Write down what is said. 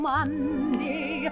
Monday